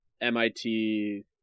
MIT